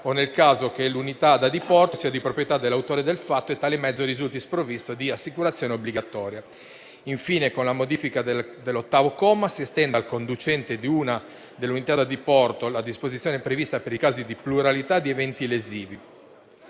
o nel caso che l'unità da diporto sia di proprietà dell'autore del fatto e tale mezzo risulti sprovvisto di assicurazione obbligatoria. Infine, con la modifica dell'ottavo comma si estende al conducente dell'unità da diporto la disposizione prevista per i casi di pluralità di eventi lesivi.